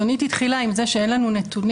יונית התחילה עם זה שאין לנו נתונים.